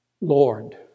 Lord